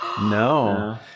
No